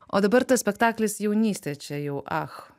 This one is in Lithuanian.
o dabar tas spektaklis jaunystė čia jau ach